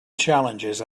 challenges